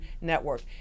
Network